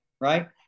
right